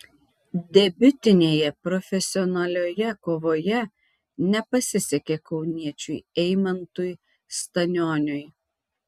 debiutinėje profesionalioje kovoje nepasisekė kauniečiui eimantui stanioniui